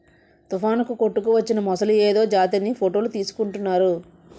తుఫానుకు కొట్టుకువచ్చిన మొసలి ఏదో జాతిదని ఫోటోలు తీసుకుంటున్నారు